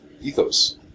ethos